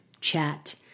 chat